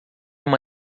uma